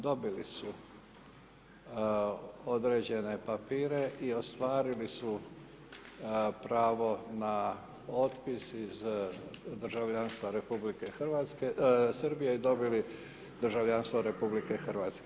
Dobili su dorađene papire i ostvarili su pravo na otpis iz državljanstva RH, Srbije, i dobili državljanstva RH.